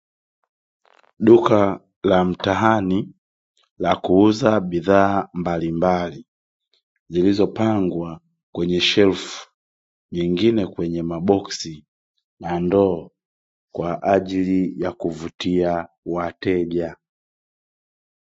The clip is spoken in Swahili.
Duka la mtaani la kuuza bidhaa mbalimbali, zilizopangwa kwenye shelfu, nyingine kwenye maboksi na ndoo, kwa ajili yakuvutia wateja.